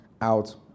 out